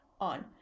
on